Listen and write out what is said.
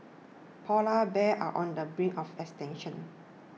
Polar Bears are on the brink of extinction